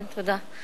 תודה.